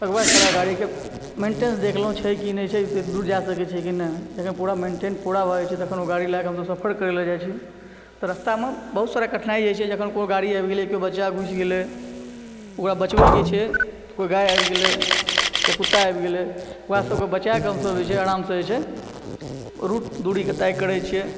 ओहिके बाद सारा गाड़ीके मैंटेस देख ललहुँ छै कि नहि छै एतय दूर जा सकैत छियै कि नहि जखन पूरा मैनटेन पूरा भए जाइ छै तखन ओ गाड़ी लयके हमसभ सफर करय लऽ जाइ छी तऽ रस्तामे बहुत सारा कठिनाइ होइ छै जखन कोनो गाड़ी आबि गेलय केओ बच्चा घुसि गेलय ओकरा बचबयके छै कोइ गाय आबि गेलय या कुत्ता आबि गेलय ओकरा सभके बचयके हमसभ जे छै अरामसँ जे छै रूट दूरीके तय करैत छियै